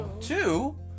Two